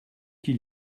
qu’il